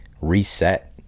reset